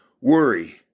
Worry